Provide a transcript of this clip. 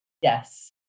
Yes